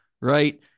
right